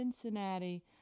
Cincinnati